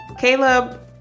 Caleb